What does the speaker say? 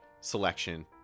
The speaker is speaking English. selection